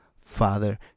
father